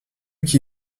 qui